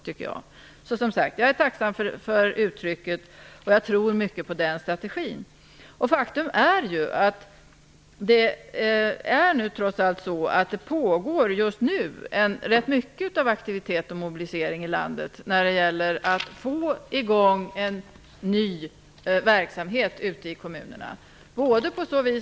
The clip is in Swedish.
Som sagt är jag tacksam för det, och jag tror mycket på den strategin. Faktum är att det just nu pågår rätt stor aktivitet och mobilisering i landet när det gäller att få i gång en ny verksamhet ute i kommunerna.